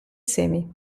semi